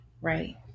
right